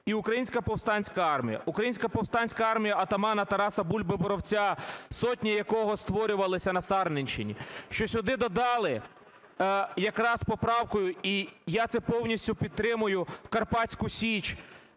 і Українська повстанська армія, Українська повстанська армія отамана Тараса Бульби-Боровця, сотні якого створювалися на Сарненщині. Що сюди додали якраз поправкою, і я це повністю підтримую, Карпатську Січ,